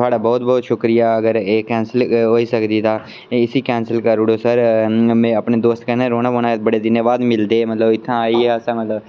थोआढ़ा बोह्त बोह्त शुक्रिया अगर एह् केंसल होई सकदी तां इसी केंसल करी ओड़ो सर में अपने दोस्त कन्नै रौह्ना पौना ऐ बड़े दिन बाद मिलदे मतलब इत्थैं आइयै असें मतलब